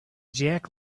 jack